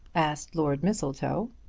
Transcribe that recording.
asked lord mistletoe.